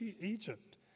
Egypt